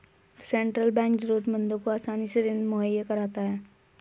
central bank जरूरतमंदों को आसानी से ऋण मुहैय्या कराता है